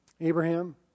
Abraham